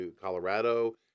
Colorado